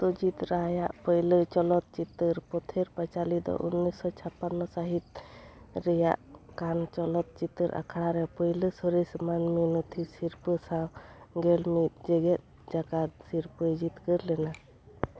ᱥᱚᱛᱭᱚᱡᱤᱛ ᱨᱟᱭᱼᱟᱜ ᱯᱳᱭᱞᱳ ᱪᱚᱞᱚᱛ ᱪᱤᱛᱟ ᱨ ᱯᱚᱛᱷᱮᱨ ᱯᱟᱪᱟᱞᱤ ᱫᱚ ᱩᱱᱤᱥᱚ ᱪᱷᱟᱯᱟᱱᱱᱚ ᱥᱟᱹᱦᱤᱛ ᱨᱮᱭᱟᱜ ᱠᱟᱱ ᱪᱚᱞᱚᱛ ᱪᱤᱛᱟ ᱨ ᱟᱠᱷᱲᱟ ᱨᱮ ᱯᱳᱭᱞᱳ ᱥᱚᱨᱮᱥ ᱢᱟ ᱱᱢᱤ ᱱᱚᱛᱷᱤ ᱥᱤᱨᱯᱷᱟ ᱥᱟᱶ ᱜᱮᱞᱢᱤᱫ ᱡᱮᱜᱮᱛ ᱡᱟᱠᱟᱛ ᱥᱤᱨᱯᱷᱟ ᱭ ᱡᱤᱛᱠᱟ ᱨ ᱞᱮᱱᱟ